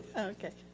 okay.